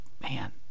man